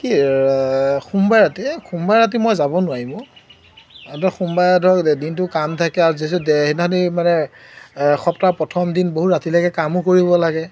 কি সোমবাৰে ৰাতি এই সোমবাৰে ৰাতি মই যাব নোৱাৰিম অ' ধৰ সোমবাৰে ধৰ দিনটো কাম থাকে আৰু যিহেতু সেইদিনাখনি মানে সপ্তাহ প্ৰথম দিন বহুত ৰাতিলৈকে কামো কৰিব লাগে